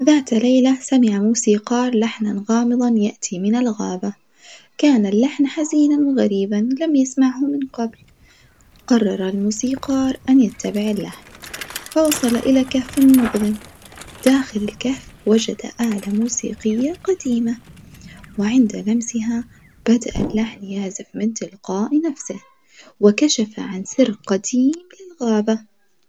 ذات ليلة سمع موسيقا لحنًا غامضًا يأتي من الغابة، كان اللحن حزينًا وغريبًا لم يسمعه من قبل قرر الموسيقار أن يتبع اللحن، فوصل إلى كهف مظلم داخل الكهف وجد آلة موسيقية قديمة وعند لمسها بدأ اللحن يعزف من تلقاء نفسه وكشف عن سر قديم للغابة.